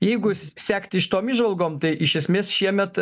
jeigu sekti šitom į žvalgom tai iš esmės šiemet